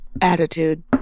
attitude